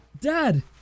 Dad